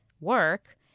work